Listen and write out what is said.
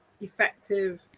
effective